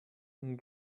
and